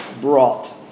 brought